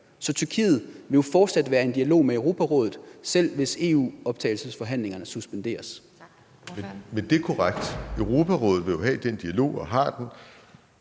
Så Tyrkiet vil jo fortsat være i en dialog med Europarådet, selv hvis EU-optagelsesforhandlingerne suspenderes. Kl. 14:01 Formanden (Pia Kjærsgaard): Tak. Ordføreren.